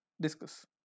Discuss